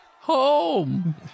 home